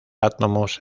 átomos